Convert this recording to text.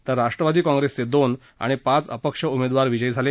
तर राष्ट्रवादी काँग्रेसचे दोन आणि पाच अपक्ष उमेदवार विजयी झाले